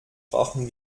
brauchen